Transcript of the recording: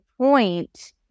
point